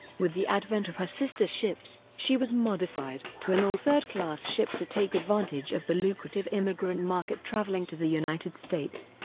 with the advent of her sister ships, she was modified to an all-third-class ship to take advantage of the lucrative immigrant market travelling to the united states.